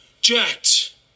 jacked